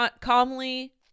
calmly